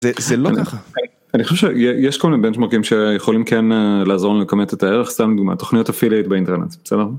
זה לא ככה. אני חושב שיש כל מיני בנצ׳מרקים שיכולים כן לעזור לנו לכמת את הערך, סתם דוגמא: תוכניות אפיליאייט באינטרנט, בסדר?